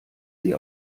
sie